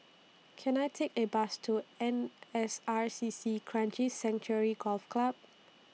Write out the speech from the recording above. Can I Take A Bus to N S R C C Kranji Sanctuary Golf Club